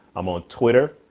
i'm on twitter,